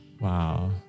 Wow